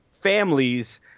families